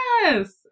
Yes